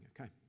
okay